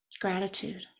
gratitude